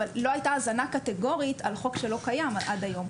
אבל לא הייתה הזנה קטיגורית על חוק שלא קיים עד היום.